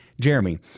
Jeremy